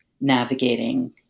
navigating